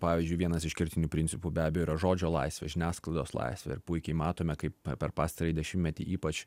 pavyzdžiui vienas iš kertinių principų be abejo yra žodžio laisvė žiniasklaidos laisvę ir puikiai matome kaip per pastarąjį dešimtmetį ypač